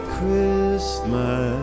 Christmas